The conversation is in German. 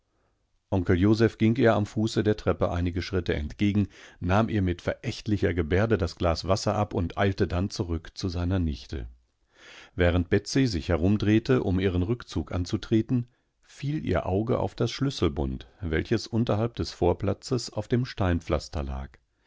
onkel joseph ging ihr am fuße der treppe einige schritte entgegen nahm ihr mit verächtlichergebärdedasglaswasserabundeiltedannzurückzuseinernichte während betsey sich herumdrehte um ihren rückzug anzutreten fiel ihr auge auf das schlüsselbund welches unterhalb des vorplatzes auf dem steinpflaster lag